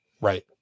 Right